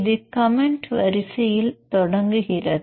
இது கமெண்ட் வரியில் தொடங்குகிறது